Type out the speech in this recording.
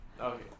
Okay